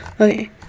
Okay